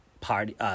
party